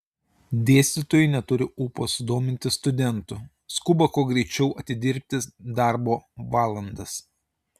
dėstytojai neturi ūpo sudominti studentų skuba kuo greičiau atidirbti darbo valandas